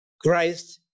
Christ